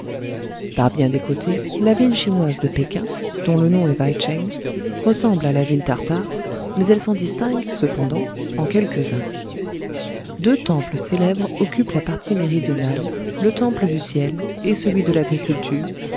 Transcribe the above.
par bien des côtés la ville chinoise de péking dont le nom est vaï tcheng ressemble à la ville tartare mais elle s'en distingue cependant en quelques-uns deux temples célèbres occupent la partie méridionale le temple du ciel et celui de l'agriculture